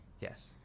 Yes